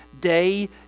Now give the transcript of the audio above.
day